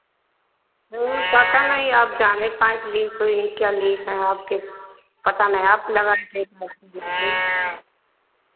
धुर पता नहीं अब ज़्यादे पाइप लीक हुई क्या लीक हुई पता नहीं आप लगायी